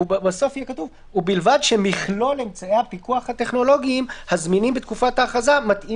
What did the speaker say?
(בידוד בפיקוח טכנולוגי של אדם שנכנס